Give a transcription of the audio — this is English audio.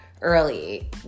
early